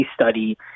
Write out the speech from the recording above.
study